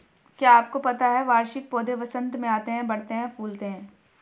क्या आपको पता है वार्षिक पौधे वसंत में आते हैं, बढ़ते हैं, फूलते हैं?